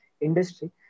industry